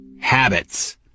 Habits